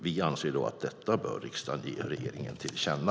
Vi anser att riksdagen bör ge regeringen detta till känna.